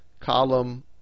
column